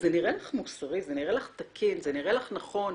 זה נראה לך מוסרי, תקין, נכון.